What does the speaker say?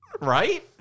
Right